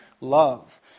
love